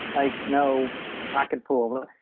like no pocket pool.